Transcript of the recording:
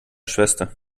schwester